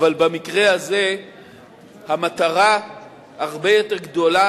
אבל במקרה הזה המטרה הרבה יותר גדולה,